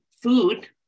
Food